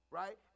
right